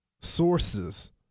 sources